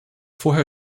vorher